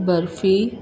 barfi